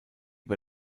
bei